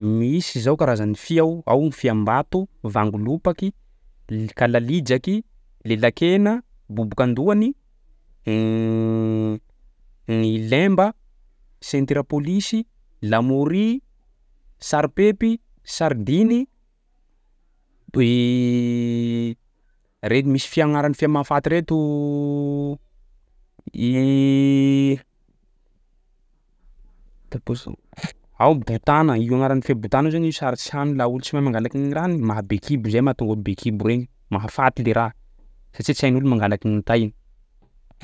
Misy zao karazany fia ao: ao ny fiambato, vangolopaky, l- kalalijaky, lelakena, boboka andohany, gny lemba, ceinture polisy, lamôria, sapipepy, sardiny, re- misy fia agnaran'ny fia mahafaty reto ao botana, io aganran'ny fia botana io zany io sarotsy hany laha olo tsy mahay mangalaky gny rahany mahabe kibo zay mahatonga olo be kibo regny, mahafaty le raha satsia tsy hain'olo mangalaky ny tainy.